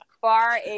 Far